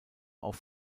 auf